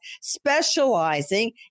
specializing